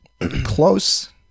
Close